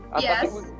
Yes